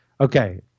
Okay